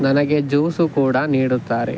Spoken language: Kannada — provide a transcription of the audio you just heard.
ನನಗೆ ಜ್ಯೂಸು ಕೂಡ ನೀಡುತ್ತಾರೆ